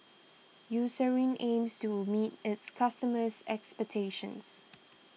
Eucerin aims to meet its customers' expectations